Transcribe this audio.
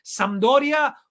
Sampdoria